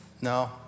No